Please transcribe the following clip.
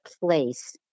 place